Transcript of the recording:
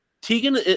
tegan